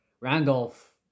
Randolph